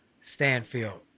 Stanfield